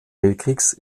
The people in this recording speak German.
weltkrieges